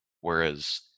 whereas